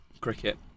cricket